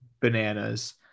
bananas